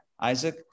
Isaac